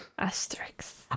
Asterix